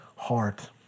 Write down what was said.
heart